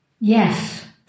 Yes